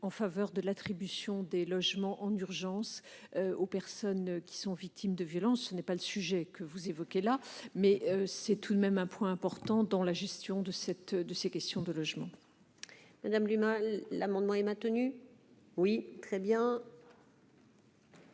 en faveur de l'attribution des logements en urgence aux personnes qui sont victimes de violences. Ce n'est pas le sujet que vous évoquez, madame la sénatrice, mais c'est tout de même un point important dans la gestion de ces questions de logement. Je mets aux voix l'amendement n° 44 rectifié.